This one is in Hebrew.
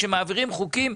כשמעבירים חוקים,